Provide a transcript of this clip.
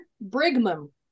Brigham